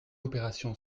opération